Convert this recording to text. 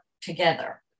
together